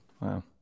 Wow